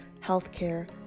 healthcare